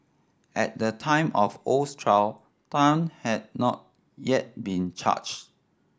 at the time of Oh's trial Tan had not yet been charged